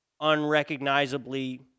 unrecognizably